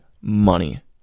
money